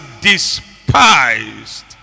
despised